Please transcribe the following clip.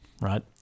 right